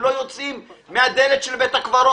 הם לא יוצאים מהדלת של בית הקברות,